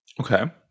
Okay